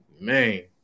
Man